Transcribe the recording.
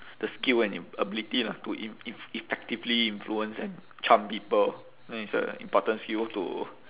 the skill and im~ ability lah to in~ e~ effectively influence and charm people that is a important skill to